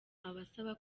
abasaba